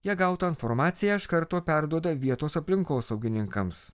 jie gautą informaciją iš karto perduoda vietos aplinkosaugininkams